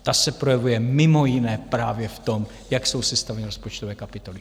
Ta se projevuje mimo jiné právě v tom, jak jsou sestaveny rozpočtové kapitoly.